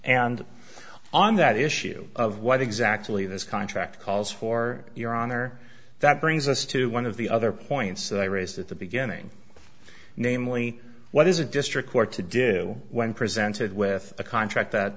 and on that issue of what exactly this contract calls for your honor that brings us to one of the other points that i raised at the beginning namely what is a district court to did you when presented with a contract that